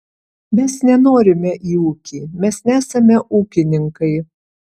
mes nenorime į ūkį mes nesame ūkininkai